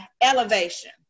elevation